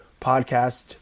Podcast